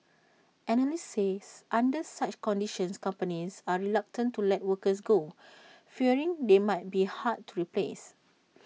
analysts says under such conditions companies are reluctant to let workers go fearing they may be hard to replace